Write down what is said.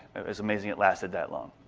it was amazing it lasted that long.